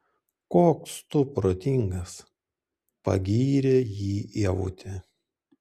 koks tu protingas pagyrė jį ievutė